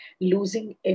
losing